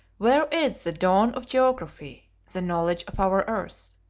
where is the dawn of geography the knowledge of our earth?